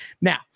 Now